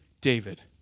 David